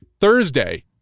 Thursday